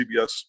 CBS